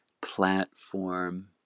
platform